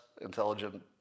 intelligent